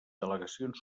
delegacions